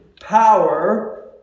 power